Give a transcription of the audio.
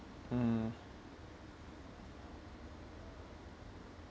mm